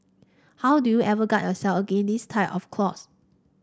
how do you ever guard yourself against this type of clause